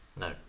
No